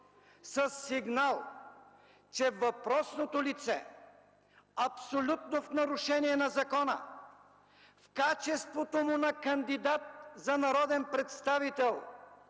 сигнал, че въпросното лице абсолютно в нарушение на закона, в качеството му на кандидат за народен представител,